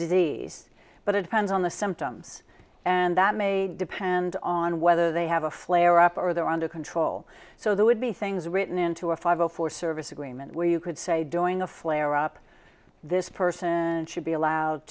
disease but it depends on the symptoms and that may depend on whether they have a flare up or are there on their control so there would be things written into a five zero for service agreement where you could say doing a flare up this person should be allowed